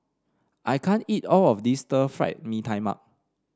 I can't eat all of this Stir Fried Mee Tai Mak